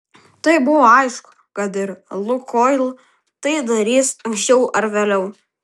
tai buvo aišku kad ir lukoil tai darys anksčiau ar vėliau